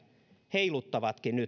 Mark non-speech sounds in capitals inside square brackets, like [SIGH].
heiluttavatkin nyt [UNINTELLIGIBLE]